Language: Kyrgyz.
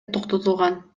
токтотулган